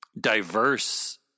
diverse